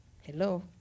Hello